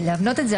ולהבנות את זה,